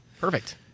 Perfect